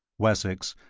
wessex,